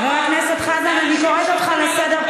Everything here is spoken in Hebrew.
חבר הכנסת חזן, בבקשה.